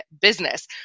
business